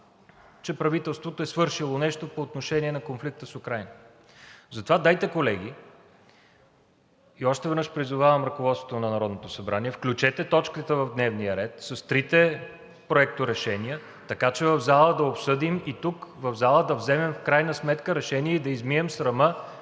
че правителството е свършило нещо по отношение на конфликта с Украйна. Затова дайте, колеги, и още веднъж призовавам ръководството на Народното събрание, включете точката в дневния ред с трите проекторешения, така че в залата да обсъдим и тук в залата да вземем в крайна сметка решение и да измием срама,